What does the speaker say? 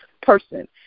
person